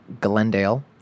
Glendale